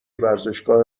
ورزشگاه